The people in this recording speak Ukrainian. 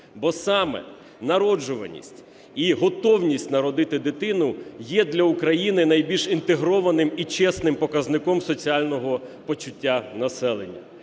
Бо саме народжуваність і готовність народити дитину є для України найбільш інтегрованим і чесним показником соціального почуття населення.